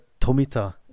tomita